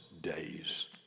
days